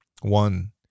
One